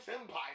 Empire